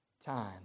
time